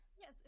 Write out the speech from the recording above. Yes